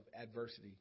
adversity